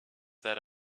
that